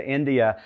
India